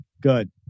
good